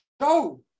show